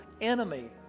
enemy